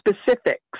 specifics